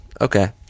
Okay